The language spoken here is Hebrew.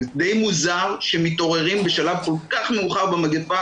די מוזר שמתעוררים בשלב כל כך מאוחר במגיפה